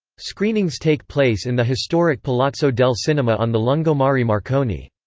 screenings take place in the historic palazzo del cinema on the lungomare marconi.